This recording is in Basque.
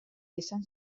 esan